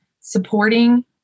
supporting